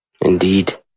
Indeed